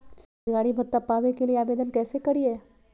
बेरोजगारी भत्ता पावे के लिए आवेदन कैसे करियय?